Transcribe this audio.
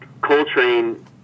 Coltrane